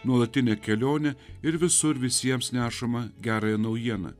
nuolatinę kelionę ir visur visiems nešama gerąją naujieną